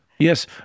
Yes